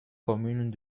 communes